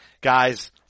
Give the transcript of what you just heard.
Guys